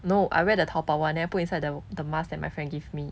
no I wear the taobao one then I put inside the the mask that my friend give me